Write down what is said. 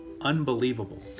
unbelievable